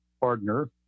partner